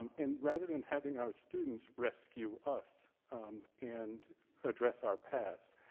um and rather than having our students rescue us and address our past,